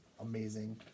amazing